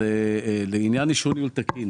בעניין אישור ניהול תקין